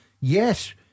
Yes